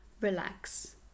relax